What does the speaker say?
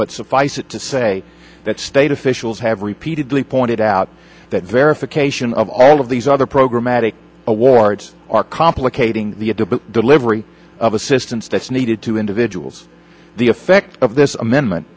but suffice it to say that state officials have repeatedly pointed out that verification of all of these other program at a awards are complicating the delivery of assistance that's needed to individuals the effect of this amendment